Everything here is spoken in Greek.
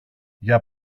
για